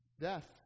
death